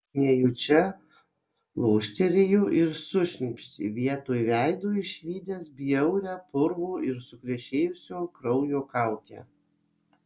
nejučia loštelėjo ir sušnypštė vietoj veido išvydęs bjaurią purvo ir sukrešėjusio kraujo kaukę